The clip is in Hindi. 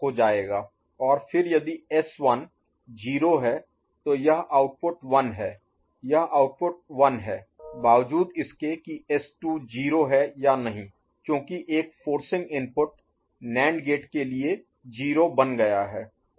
और फिर यदि S1 0 है तो यह आउटपुट 1 है यह आउटपुट 1 है बावजूद इसके की S2 0 है या नहीं क्योंकि एक फोर्सिंग इनपुट NAND गेट के लिए 0 बन गया है